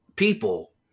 people